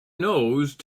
nose